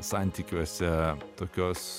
santykiuose tokios